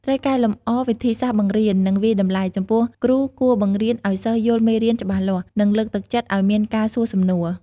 ត្រូវកែលម្អវិធីសាស្ត្របង្រៀន និងវាយតម្លៃ ចំពោះគ្រូគួរបង្រៀនឱ្យសិស្សយល់មេរៀនច្បាស់លាស់ និងលើកទឹកចិត្តឱ្យមានការសួរសំណួរ។